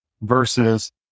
Versus